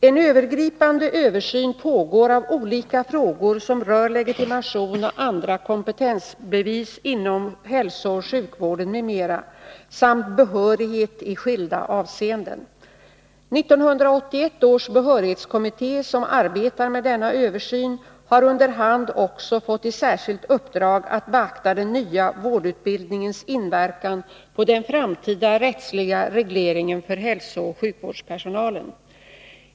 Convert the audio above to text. En övergripande översyn pågår av olika frågor som rör legitimation och andra kompetensbevis inom hälsooch sjukvården m.m. samt behörighet i skilda avseenden. 1981 års behörighetskommitté, som arbetar med denna översyn, har under hand också fått i särskilt uppdrag att beakta den nya vårdutbildningens inverkan på den framtida rättsliga regleringen för hälsooch sjukvårdspersonalen.